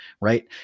right